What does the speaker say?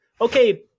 okay